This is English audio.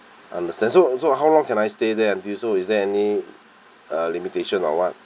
understand so so how long can I stay there until so is there any uh limitation or what